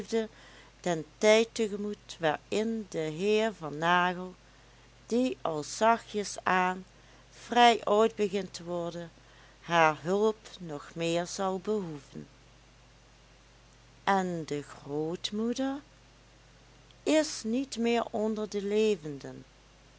den tijd te gemoet waarin de heer van nagel die al zachtjes aan vrij oud begint te worden haar hulp nog meer zal behoeven en de grootmoeder is niet meer onder de levenden